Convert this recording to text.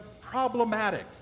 problematic